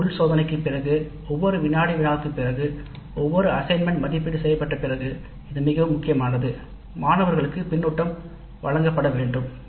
ஒவ்வொரு உள் சோதனைக்குப் பிறகு ஒவ்வொரு வினாடி வினாவுக்குப் பிறகு இது மிகவும் முக்கியமானது பணிகள் மதிப்பீடு செய்யப்படுகின்றன மாணவர்களுக்கு பின்னூட்டம் வழங்கப்பட வேண்டும்